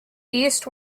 east